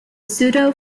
pseudo